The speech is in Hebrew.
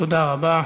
תודה רבה.